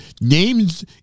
Names